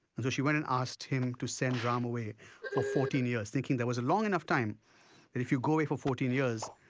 and so she went and asked him to send ram away for fourteen years thinking that was a long enough time, that if you go away for fourteen years,